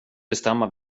bestämma